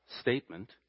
statement